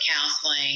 counseling